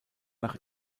nach